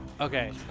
Okay